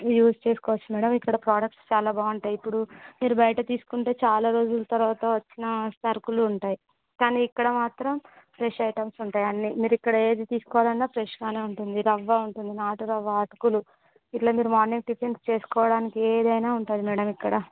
use చేసుకోవచ్చు madam ఇక్కడ products చాలా బాగుంటాయి ఇప్పుడు మీరు బయట తీసుకుంటే చాలా రోజుల తర్వాత వచ్చిన సరుకులుంటాయి కానీ ఇక్కడ మాత్రం ఫ్రెష్ ఐటమ్స్ ఉంటాయి అన్నీ మీరు ఇక్కడ ఏది తీసుకోవాలన్నా ఫ్రెష్ గానే ఉంటుంది రవ్వ ఉంటుంది నాటురవ్వ అటుకులు ఇట్లా మీరు మార్నింగ్ టిఫిన్స్ చేసుకోవడానికి ఏదైనా ఉంటుంది మ్యాడమ్ ఇక్కడ